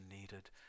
needed